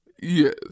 Yes